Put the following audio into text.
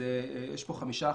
זה 5%,